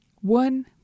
One